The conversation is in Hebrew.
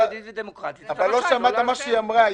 יהודית ודמוקרטית --- אתה לא שמעת מה שהיא אמרה.